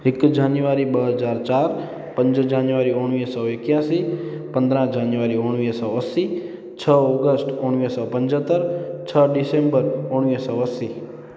हिक जनवरी ॿ हज़ार चार पंज जनवरी उणिवीह सौ इक्यासी पंद्राहं जनवरी उणिवीह सौ असी छह ऑगस्ट उणिवीह सौ पंजहतरि छह डिसेम्बर उणिवीह सौ असी